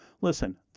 listen